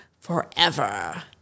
forever